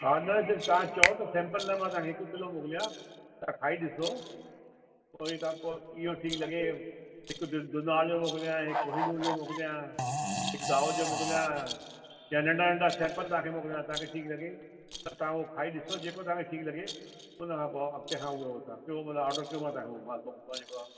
हा न जंहिं तव्हां चयो त सेंपल लाइ मां तव्हांखे हिकु किलो मोकलिया त खाई ॾिसो उहो ई त पोइ इहो ठीकु लॻे हिकु दु दुनार जो मोकलिया हिकु हिंदु जो मोकलिया हिकु गाव जो मोकलिया या नंढा नंढा सेंपल तव्हांखे मोकलिया तव्हांखे ठीकु लॻे पर तव्हां उहो खाई ॾिसो जेको तव्हांखे ठीकु लॻे हुन खां पोइ हफ़्ते खां उहो तव्हां पियो माना ऑडर कयो मां तव्हांखे उहो मोकला जेको आहे